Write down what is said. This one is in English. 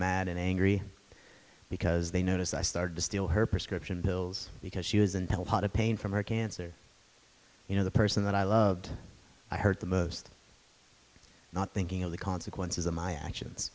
and angry because they notice i started to steal her prescription pills because she was in hell part of pain from her cancer you know the person that i loved i hurt the most not thinking of the consequences of my actions